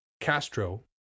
Castro